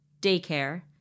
daycare